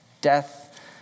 Death